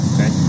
Okay